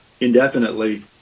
indefinitely